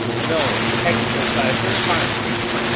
no exorciser harm thee!